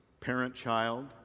parent-child